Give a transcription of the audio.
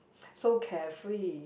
so carefree